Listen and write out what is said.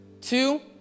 Two